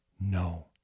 no